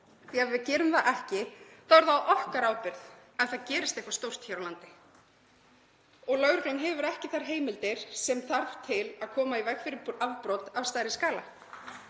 því að ef við gerum það ekki þá er það á okkar ábyrgð ef það gerist eitthvað stórt hér á landi og lögreglan hefur ekki þær heimildir sem þarf til að koma í veg fyrir afbrot á stærri skala.